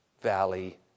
valley